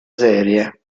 serie